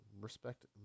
respect